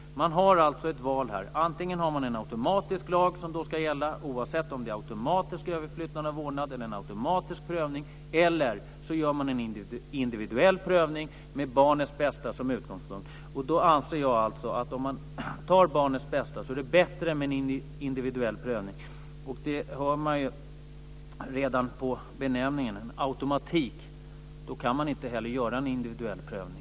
Man har alltså ett val här. Antingen ska det finnas en automatisk lag som ska gälla, oavsett om det gäller automatisk överflyttning av vårdnaden eller en automatisk prövning, eller också gör man en individuell prövning med barnets bästa som utgångspunkt. Om man har barnets bästa som utgångspunkt anser jag att det är bättre med en individuell prövning, och det hör man ju redan på benämningen. Vid automatik kan man inte längre göra en individuell prövning.